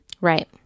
Right